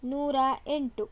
ನೂರಾ ಎಂಟು